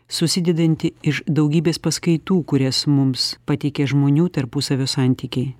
susidedanti iš daugybės paskaitų kurias mums pateikė žmonių tarpusavio santykiai